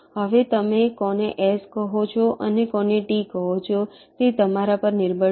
હવે તમે કોને S કહો છો અને કોને T કહો છો તે તમારા પર નિર્ભર છે